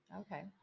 okay